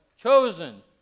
chosen